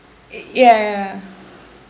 ya ya ya